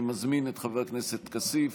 אני מזמין את חבר הכנסת כסיף